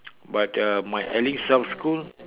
but uh my Elling South school